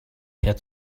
per